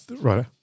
Right